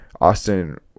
Austin